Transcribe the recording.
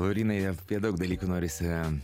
laurynai apie daug dalykų norisi